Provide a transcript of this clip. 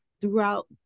throughout